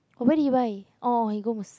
oh where did you buy oh he go Mustafa